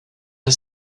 her